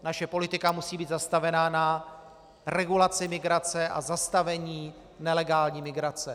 Naše politika musí být postavena na regulaci migrace a zastavení nelegální migrace.